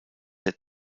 der